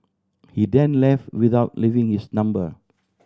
he then left without leaving his number